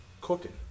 cooking